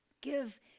give